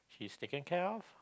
he's taken care of